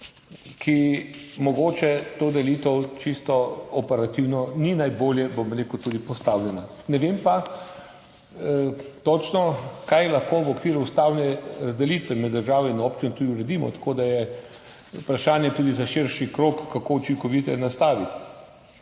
da mogoče ta delitev čisto operativno ni najbolje, bom rekel, tudi postavljena. Ne vem pa točno, kaj lahko v okviru ustavne razdelitve med državo in občino tudi uredimo, tako da je vprašanje tudi za širši krog, kako učinkoviteje nastaviti.